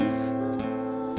slow